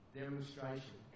demonstration